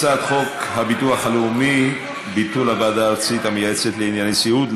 הצעת חוק הביטוח הלאומי (ביטול הוועדה הארצית המייעצת לענייני סיעוד),